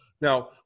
Now